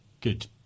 good